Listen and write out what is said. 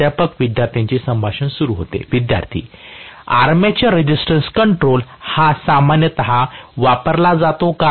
प्राध्यापक विद्यार्थ्यांचे संभाषण सुरू होते विद्यार्थीः आर्मेचर रेझिस्टन्स कंट्रोल हा सामान्यतः वापरला जातो का